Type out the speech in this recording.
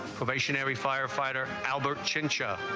station every firefighter albert chincha